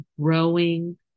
growing